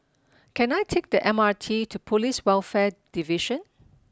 can I take the M R T to Police Welfare Division